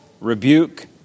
rebuke